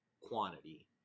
quantity